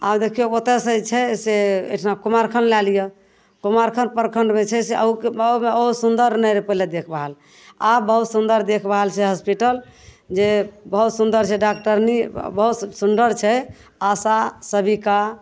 आब देखियो ओतऽसँ जे छै से अइठना कुमारखन लए लिय कुमारखन प्रखण्डमे जे छै से ओ ओ सुन्दर नहि रहय पहिले देखभाल आब बहुत सुन्दर देखभाल छै हॉस्पिटल जे बहुत सुन्दर छै डॉक्टरनी बहुत सुन्दर छै आशा सेविका